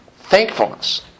thankfulness